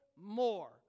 more